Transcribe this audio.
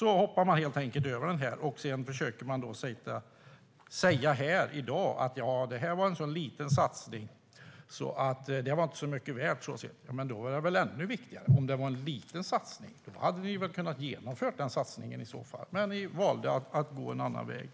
hoppar man helt enkelt över det. Sedan försöker man säga här, i dag, att det var en så liten satsning så det var inte så mycket värt. Men om det var en liten satsning hade ni väl kunnat genomföra den i så fall. Ni valde dock att gå en annan väg.